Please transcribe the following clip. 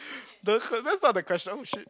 don't that's not the question oh shit